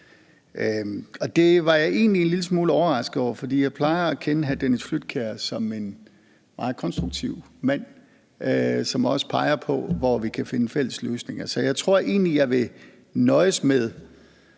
jeg egentlig en lille smule overrasket over. For jeg plejer at kende hr. Dennis Flydtkjær som en meget konstruktiv mand, der også peger på, hvor vi kan finde fælles løsninger. Så jeg tror egentlig, at jeg vil nøjes med